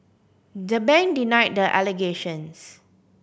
the bank denied the allegations